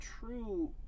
true